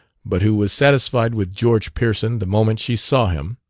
but who was satisfied with george pearson the moment she saw him,